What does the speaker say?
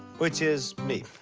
which is me.